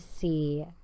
see